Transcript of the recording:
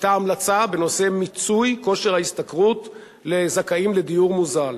היתה המלצה בנושא מיצוי כושר ההשתכרות לזכאים לדיור מוזל,